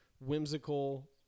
whimsical